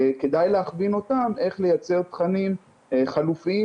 כדאי להכווין אותם איך לייצר תכנים חלופיים